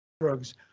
drugs